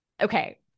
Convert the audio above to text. okay